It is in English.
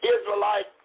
Israelite